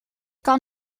kan